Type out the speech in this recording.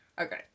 Okay